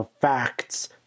facts